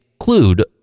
include